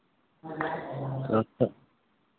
अच्छा